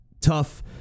tough